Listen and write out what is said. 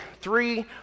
three